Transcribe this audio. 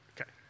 Okay